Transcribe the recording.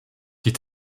die